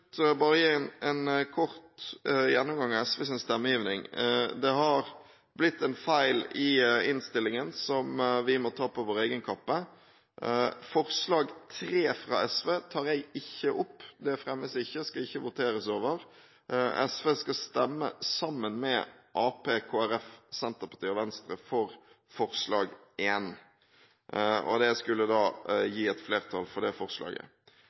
gi en kort gjennomgang av SVs stemmegivning. Det har blitt en feil i innstillingen som vi må ta på vår egen kappe. Forslag nr. 3 fra SV tar jeg ikke opp. Det fremmes ikke og skal ikke voteres over. SV skal stemme sammen med Arbeiderpartiet, Kristelig Folkeparti, Senterpartiet og Venstre for forslag nr. 1. Det skulle da gi et flertall for det forslaget.